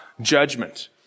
judgment